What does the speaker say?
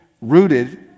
rooted